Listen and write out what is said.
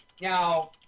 Now